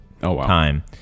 time